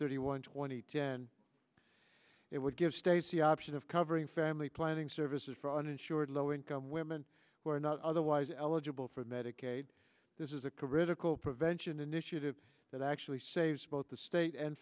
thirty one twenty ten it would give states the option of covering family planning services for uninsured low income women who are not otherwise eligible for medicaid this is a curricle prevention initiative that actually saves both the state and